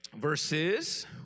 verses